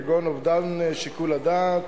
כגון אובדן שיקול הדעת,